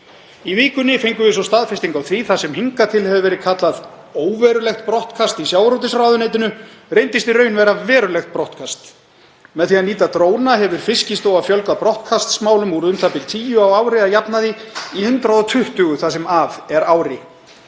Í vikunni fengum við svo staðfestingu á því að það sem hingað til hefur verið kallað óverulegt brottkast í sjávarútvegsráðuneytinu reyndist í raun vera verulegt brottkast. Með því að nýta dróna hefur Fiskistofa fjölgað brottkastsmálum úr u.þ.b. tíu á ári að jafnaði í 120 það sem af er ári.